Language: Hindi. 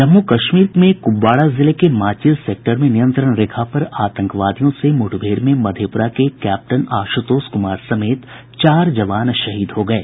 जम्मू कश्मीर में कूपवाड़ा जिले के माचिल सेक्टर में नियंत्रण रेखा पर आतंकवादियों से मुठभेड़ में मधेप्रा के कैप्टन आशुतोष कुमार समेत चार जवान शहीद हो गये